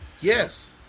Yes